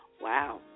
Wow